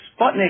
Sputnik